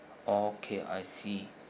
okay I see